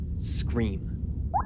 scream